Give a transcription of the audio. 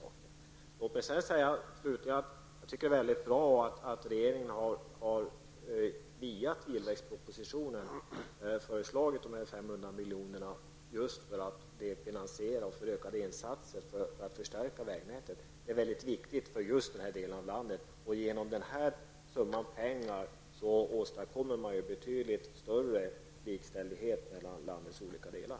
Får jag slutligen säga att det är väldigt bra att regeringen i tillväxtpropositionen har föreslagit dessa 500 miljoner för att delfinansiera ökade insatser för att stärka vägnätet. Det är viktigt för just den norra delen av landet. Genom detta åstadkommer man betydligt större likställighet mellan landets olika delar.